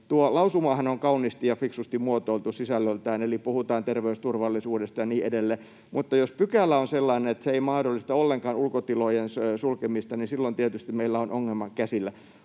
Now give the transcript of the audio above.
lausumahan on kauniisti ja fiksusti muotoiltu sisällöltään, eli puhutaan terveysturvallisuudesta ja niin edelleen. Mutta jos pykälä on sellainen, että se ei mahdollista ollenkaan ulkotilojen sulkemista, niin silloin tietysti meillä on ongelma käsillä.